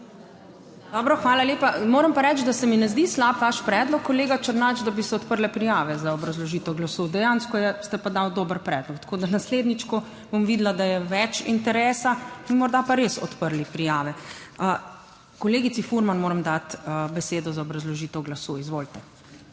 Dobro, hvala lepa. Moram pa reči, da se mi ne zdi slab vaš predlog, kolega Černač, da bi se odprle prijave za obrazložitev glasu. Dejansko ste pa dali dober predlog, tako da naslednjič, ko bom videla, da je več interesa, bi morda pa res odprli prijave. Kolegici Furman moram dati besedo za obrazložitev glasu, izvolite.